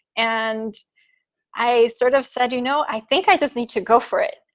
and i sort of said, you know, i think i just need to go for it.